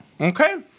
Okay